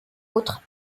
autres